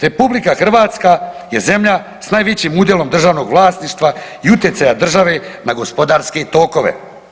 RH je zemlja s najvećim udjelom državnog vlasništva i utjecaja države na gospodarske tokove.